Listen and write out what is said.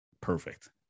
perfect